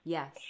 Yes